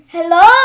Hello